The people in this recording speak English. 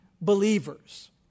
believers